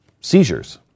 seizures